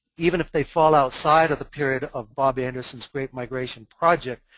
even if they fall outside of the period of bob anderson's great migration project,